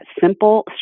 simple